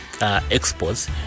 exports